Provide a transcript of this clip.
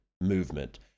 movement